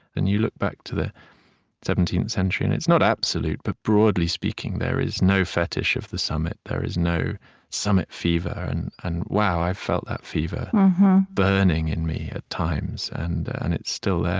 and you look back to the seventeenth century and it's not absolute, but broadly speaking, there is no fetish of the summit. there is no summit fever, and and wow, i've felt that fever burning in me, at times, and and it's still there.